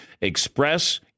Express